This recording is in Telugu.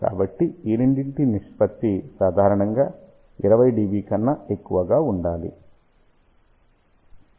కాబట్టి ఈ రెండింటి నిష్పత్తి సాధారణంగా 20 dB కన్నా ఎక్కువగా ఉండాలి